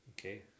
Okay